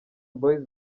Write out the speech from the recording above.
boyz